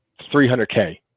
three hundred k